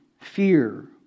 fear